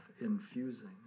infusing